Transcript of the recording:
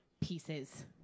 pieces